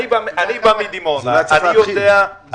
זה לא היה צריך להתחיל.